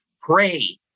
pray